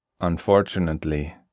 unfortunately